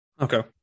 okay